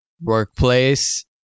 workplace